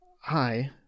hi